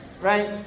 right